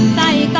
nine